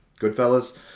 Goodfellas